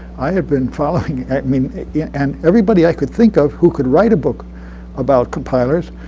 i had been following i mean it. yeah and everybody i could think of who could write a book about compilers,